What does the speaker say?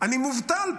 אני מובטל.